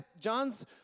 John's